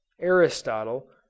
Aristotle